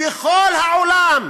בכל העולם,